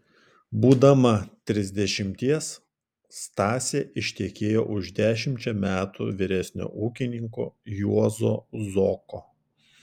būdama trisdešimties stasė ištekėjo už dešimčia metų vyresnio ūkininko juozo zoko